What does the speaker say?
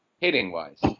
Hitting-wise